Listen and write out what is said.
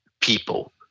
people